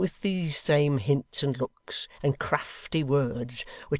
with these same hints, and looks, and crafty words,